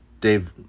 Dave